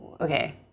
Okay